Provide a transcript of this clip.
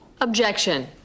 Objection